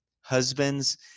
husbands